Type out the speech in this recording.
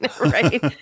right